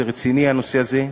זה רציני, הנושא הזה.